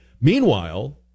meanwhile